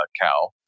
cow